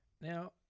Now